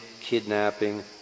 kidnapping